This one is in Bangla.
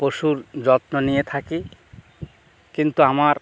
পশুর যত্ন নিয়ে থাকি কিন্তু আমার